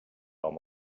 armes